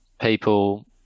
People